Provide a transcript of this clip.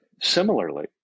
Similarly